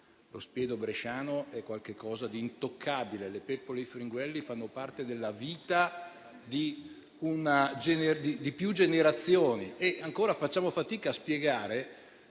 lo spiedo bresciano è intoccabile; le peppole e i fringuelli fanno parte della vita di più generazioni e ancora facciamo fatica a spiegare